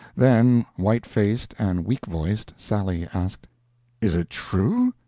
then, white-faced and weak-voiced, sally asked is it true?